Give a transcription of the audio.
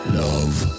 love